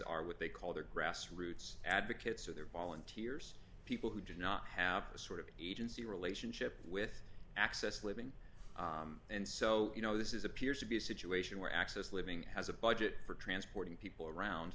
are what they call their grass roots advocates so they're volunteers people who do not have a sort of agency relationship with access living and so you know this is appears to be a situation where access living has a budget for transporting people